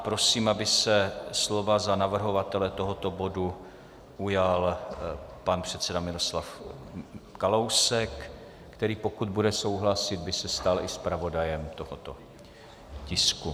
Prosím, aby se slova za navrhovatele tohoto bodu ujal pan předseda Miroslav Kalousek, který by se, pokud bude souhlasit, stal i zpravodajem tohoto tisku.